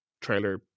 trailer